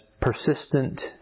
persistent